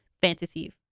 fantasy